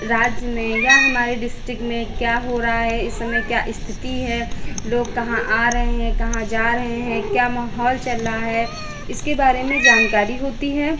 राज्य में या हमारे डिस्ट्रिक में क्या हो रहा है इस समय क्या स्थिति है लोग कहाँ आ रहे हैं कहाँ जा रहे हैं क्या माहौल चल रहा है इसके बारे में जानकारी होती है